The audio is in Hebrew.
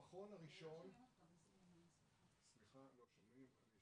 לפעמים יש